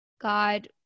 God